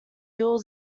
dual